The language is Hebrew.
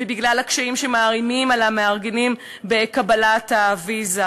ובגלל הקשיים שמערימים על המארגנים בקבלת הוויזה,